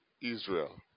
Israel